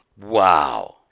wow